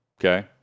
Okay